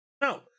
No